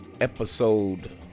episode